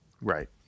Right